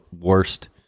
worst